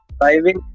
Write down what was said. driving